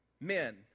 men